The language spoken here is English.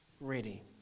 ready